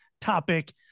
topic